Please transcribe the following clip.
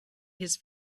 his